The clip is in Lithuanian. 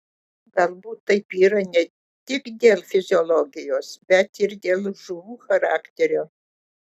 galbūt taip yra ne tik dėl fiziologijos bet ir dėl žuvų charakterio